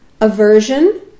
Aversion